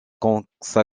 consacra